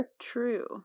True